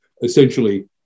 Essentially